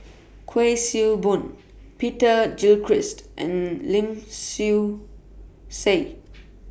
Kuik Swee Boon Peter Gilchrist and Lim Swee Say